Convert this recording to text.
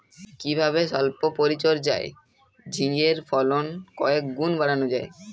কিভাবে সল্প পরিচর্যায় ঝিঙ্গের ফলন কয়েক গুণ বাড়ানো যায়?